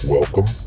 Welcome